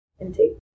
intake